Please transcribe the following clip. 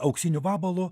auksiniu vabalu